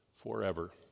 forever